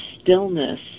stillness